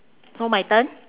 so my turn